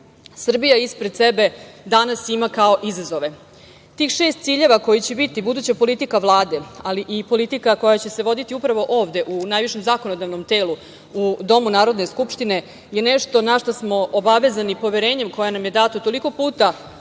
Srbije ispred sebe danas ima kao izazove. Tih šest ciljeva koji će biti buduća politika Vlade, ali i politika koja će se voditi upravo ovde u najvišem zakonodavnom telu, u Domu Narodne skupštine, je nešto na šta smo obavezani poverenjem toliko puta u